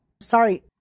Sorry